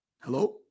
Hello